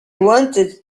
wanted